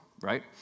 right